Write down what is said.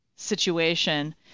situation